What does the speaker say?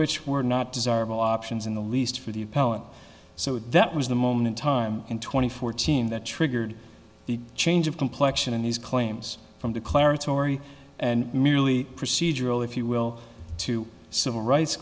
which were not desirable options in the least for the appellant so that was the moment in time in twenty fourteen that triggered the change of complection in these claims from declaratory and merely procedural if you will to civil rights